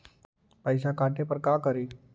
पैसा काटे पर का करि?